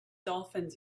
dolphins